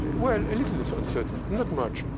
well, a little bit uncertain, not much.